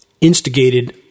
instigated